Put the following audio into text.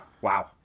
Wow